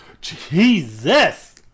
Jesus